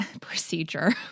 procedure